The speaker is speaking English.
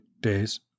days